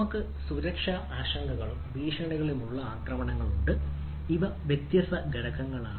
നമ്മൾക്ക് സുരക്ഷാ ആശങ്കകളും ഭീഷണികളുമുള്ള ആക്രമണങ്ങളുണ്ട് ഇവ വ്യത്യസ്ത ഘടകങ്ങളാണ്